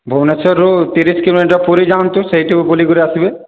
ଭୁବନେଶ୍ୱର ରୁ ତିରିଶ କିଲୋମିଟର ପୁରୀ ଯାଆନ୍ତୁ ସେଇଠି ଯାଇକି ବୁଲିକରି ଆସିବେ